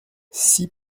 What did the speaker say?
six